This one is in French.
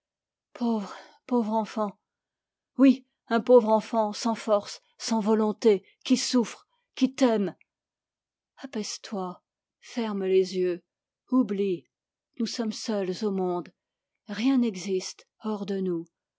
pauvre pauvre enfant oui un pauvre enfant sans force sans volonté qui souffre qui t'aime apaise toi ferme les yeux oublie nous sommes seuls au monde rien n'existe hors de nous